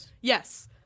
Yes